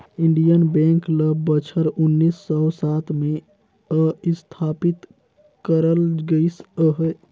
Indian bank ल बछर उन्नीस सव सात में असथापित करल गइस अहे